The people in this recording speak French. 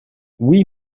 oui